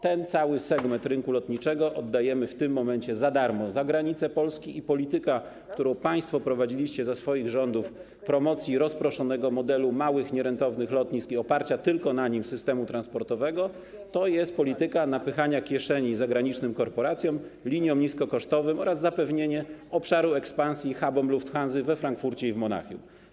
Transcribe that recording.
Ten cały segment rynku lotniczego oddajemy w tym momencie za darmo za granicę Polski i polityka, którą państwo prowadziliście za swoich rządów poprzez promocję rozproszonego modelu małych, nierentownych lotnisk i oparcia tylko na nim systemu transportowego, to jest polityka napychania kieszeni zagranicznym korporacjom, liniom niskokosztowym oraz zapewnienie obszaru ekspansji hubom Lufthansy we Frankfurcie i w Monachium.